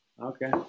Okay